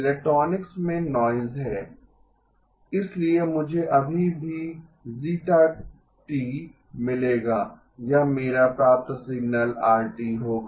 electronics में noise है इसलिए मुझे अभी भी η मिलेगा यह मेरा प्राप्त सिग्नल r होगा